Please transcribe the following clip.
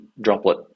droplet